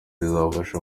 bizafasha